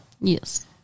Yes